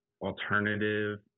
alternative